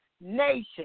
nation